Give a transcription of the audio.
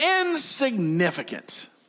insignificant